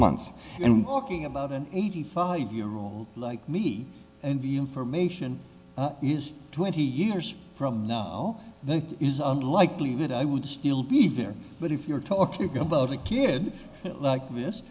months and walking about an eighty five year old like me and be information used twenty years from now there is unlikely that i would still be there but if you're talking about a kid like this